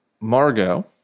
Margot